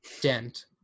Dent